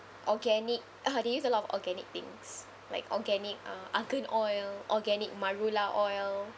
organic ah they use a lot of organic things like organic uh argan oil organic marula oil